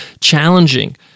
challenging